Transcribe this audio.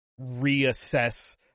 reassess